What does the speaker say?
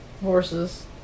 horses